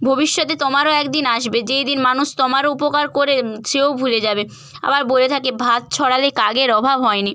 ভবিষ্যতে তোমারও একদিন আসবে যেই দিন মানুষ তোমারও উপকার করে সেও ভুলে যাবে আবার বলে থাকে ভাত ছড়ালে কাকের অভাব হয়নি